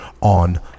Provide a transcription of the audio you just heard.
on